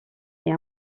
est